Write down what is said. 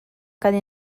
kan